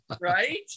right